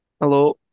Hello